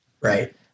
Right